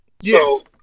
Yes